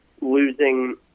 losing